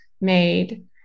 made